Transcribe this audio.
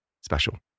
special